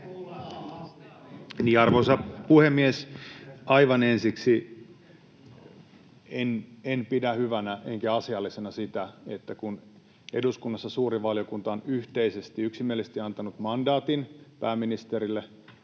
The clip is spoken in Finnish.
Arvoisa puhemies! Aivan ensiksi: En pidä hyvänä enkä asiallisena sitä, että kun eduskunnassa suuri valiokunta on yhteisesti, yksimielisesti antanut mandaatin pääministerille